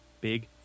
Big